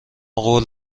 قول